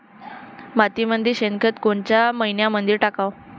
मातीमंदी शेणखत कोनच्या मइन्यामंधी टाकाव?